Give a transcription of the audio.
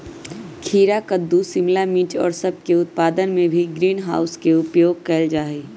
खीरा कद्दू शिमला मिर्च और सब के उत्पादन में भी ग्रीन हाउस के उपयोग कइल जाहई